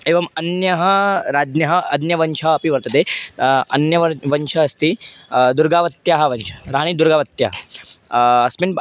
एवम् अन्यः राज्ञः अन्यवंशः अपि वर्तते अन्य वर् वंशः अस्ति दुर्गावत्याः वंशः राणीदुर्गावत्याः अस्मिन्